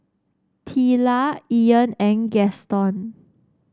Teela Ian and Gaston